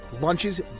Lunches